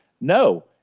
No